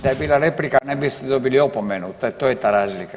Da je bila replika ne bi dobili opomenu, to je ta razlika.